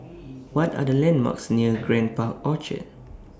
What Are The landmarks near Grand Park Orchard